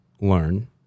learn